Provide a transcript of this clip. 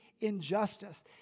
injustice